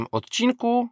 odcinku